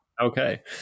Okay